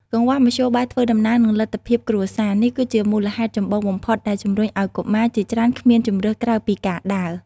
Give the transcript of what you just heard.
កង្វះមធ្យោបាយធ្វើដំណើរ និងលទ្ធភាពគ្រួសារ នេះគឺជាមូលហេតុចម្បងបំផុតដែលជំរុញឲ្យកុមារជាច្រើនគ្មានជម្រើសក្រៅពីការដើរ។